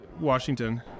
washington